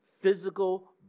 physical